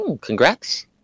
congrats